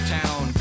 town